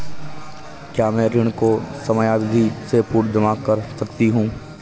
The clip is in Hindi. क्या मैं ऋण को समयावधि से पूर्व जमा कर सकती हूँ?